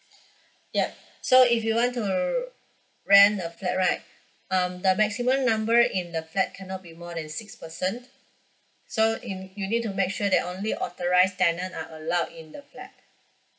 yup so if you want to rent a flat right um the maximum number in the flat cannot be more than six person so in you need to make sure that only authorise tenant are allowed in the flat